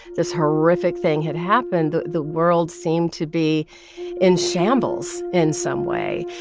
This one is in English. this horrific thing had happened. the the world seemed to be in shambles in some way.